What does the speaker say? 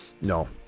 No